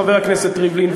חבר הכנסת ריבלין,